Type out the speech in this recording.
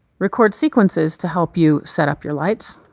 record sequences to help you set up your lights.